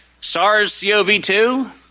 SARS-CoV-2